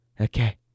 Okay